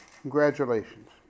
congratulations